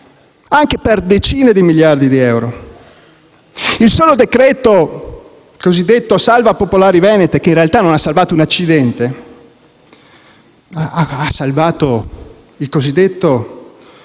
anche per decine di miliardi di euro. Il solo decreto cosiddetto salva popolari venete, che in realtà non ha salvato un accidente, ha salvato il cosiddetto